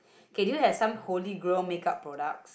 okay do you have some holy grail make up products